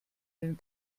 den